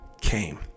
came